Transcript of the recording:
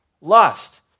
lust